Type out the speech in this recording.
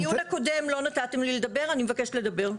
בדיון הקודם לא נתתם לי לדבר, אני מבקשת לדבר.